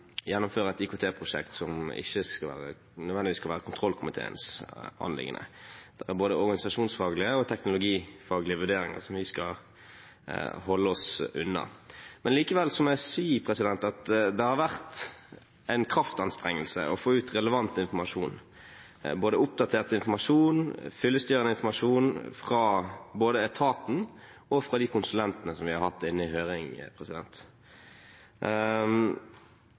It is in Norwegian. gjennomføre et IKT-prosjekt, at det er mange forhold som ikke nødvendigvis skal være kontrollkomiteens anliggende. Det er både organisasjonsfaglige og teknologifaglige vurderinger som vi skal holde oss unna. Likevel må jeg si at det har vært en kraftanstrengelse å få ut relevant informasjon, både oppdatert informasjon og fyllestgjørende informasjon, både fra etaten og fra de konsulentene som vi har hatt inne til høring.